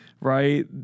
right